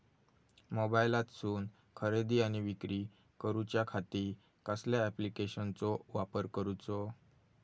मोबाईलातसून खरेदी आणि विक्री करूच्या खाती कसल्या ॲप्लिकेशनाचो वापर करूचो?